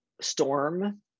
storm